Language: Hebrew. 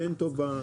כן טובה".